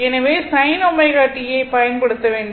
எனவே sin ω t யை பயன்படுத்த வேண்டும்